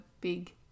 big